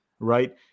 Right